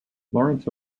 laurence